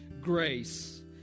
grace